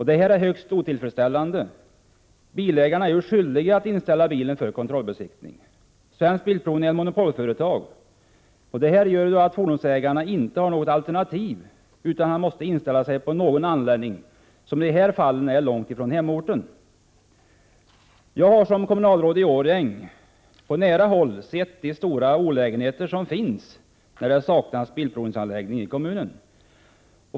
Detta är högst otillfredsställande. Bilägarna är ju skyldiga att föra bilen till kontrollbesiktning. Svensk Bilprovning är ett monopolföretag. Detta förhållande gör att fordonsägarna inte har något alternativ utan måste inställa sig på en anläggning som i dessa fall ligger långt från hemorten. Jag har som kommunalråd i Årjäng på nära håll sett de stora olägenheter som blir följden av att det saknas bilprovningsanläggning i kommunen.